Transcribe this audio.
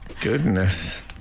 Goodness